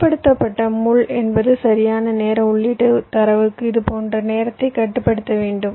கட்டுப்படுத்தப்பட்ட முள் என்பது சரியான நேர உள்ளீட்டுத் தரவுக்கு இதுபோன்ற நேரத்தைக் கட்டுப்படுத்த வேண்டும்